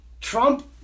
Trump